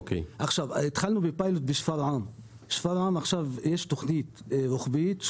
אנחנו התחלנו בפיילוט בשפרעם: בשפרעם יש תכנית רוחבית,